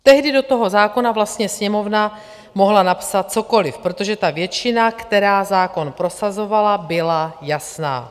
Tehdy do toho zákona vlastně Sněmovna mohla napsat cokoli, protože ta většina, která zákon prosazovala, byla jasná.